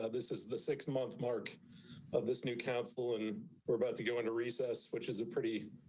ah this is the six month mark of this new council and we're about to go into recess, which is a pretty,